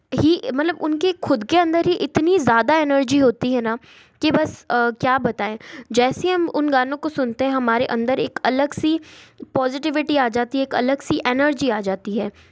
ही मतलब उनके ख़ुद के अंदर ही इतनी ज़्यादा एनर्जी होती है ना कि बस क्या बताएं जैसे ही हम उन गानों को सुनते हैं हमारे अंदर एक अलग सी पोज़िटिविटी आ जाती है एक अलग सी एनर्जी आ जाती है